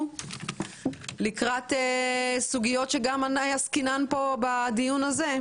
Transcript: לקראת סוגיות שעסקינן כאן בדיון הזה,